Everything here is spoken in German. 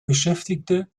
beschäftigte